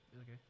Okay